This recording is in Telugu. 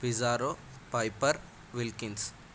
విజారో పైపర్ విల్కిన్స్